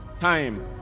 time